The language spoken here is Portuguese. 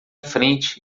frente